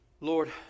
Lord